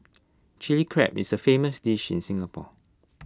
Chilli Crab is A famous dish in Singapore